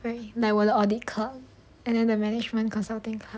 like 我的 audit club and then the management consulting club